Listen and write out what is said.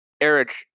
Eric